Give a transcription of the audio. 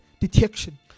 detection